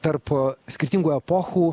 tarp skirtingų epochų